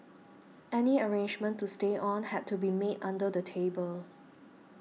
any arrangement to stay on had to be made under the table